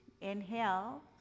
inhale